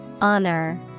Honor